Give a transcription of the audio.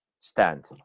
Stand